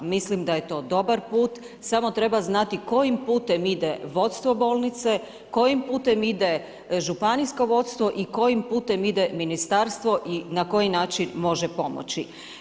Mislim da je to dobar put, samo treba znati kojim putem ide vodstvo bolnice, kojim putem ide županijsko vodstvo i kojim putem ide ministarstvo i na koji način može pomoći.